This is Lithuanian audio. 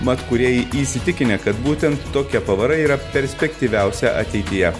mat kurėjai įsitikinę kad būtent tokia pavara yra perspektyviausia ateityje